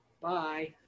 Bye